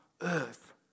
earth